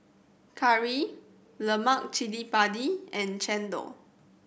curry lemak cili padi and chendol